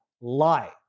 lie